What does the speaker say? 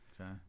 Okay